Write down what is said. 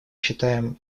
считаем